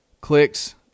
clicks